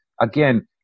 again